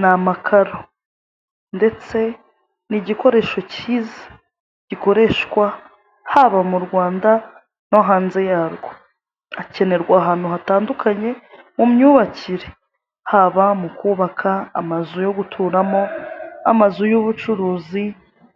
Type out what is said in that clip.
Ni amakaro, ndetse ni igikoresho kiza gikoreshwa haba mu Rwanda no hanze yarwo akenerwa ahantu hatandukanye mu myubakire. Haba mu kubaka amazu yo guturamo, amazu y'ubucuruzi